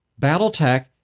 Battletech